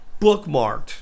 bookmarked